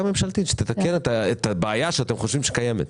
ממשלתית שתתקן את הבעיה שאתם חושבים שקיימת.